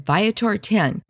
Viator10